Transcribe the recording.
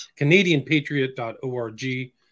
CanadianPatriot.org